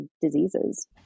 diseases